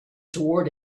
toward